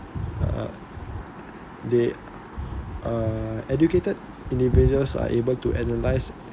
uh they uh educated individuals are able to analyse